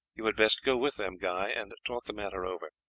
you had best go with them, guy, and talk the matter over.